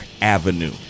Avenue